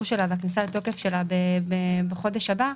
שלה והכניסה שלה לתוקף בחודש הבא,